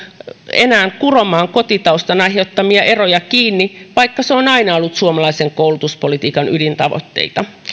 enää kuromaan kotitaustan aiheuttamia eroja kiinni vaikka se on aina ollut suomalaisen koulutuspolitiikan ydintavoitteita